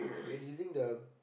and using the